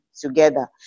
together